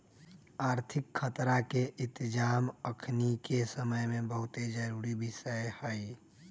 आर्थिक खतरा के इतजाम अखनीके समय में बहुते जरूरी विषय हइ